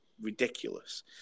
ridiculous